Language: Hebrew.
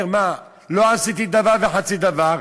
הוא אומר: מה, לא עשיתי דבר וחצי דבר,